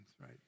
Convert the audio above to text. right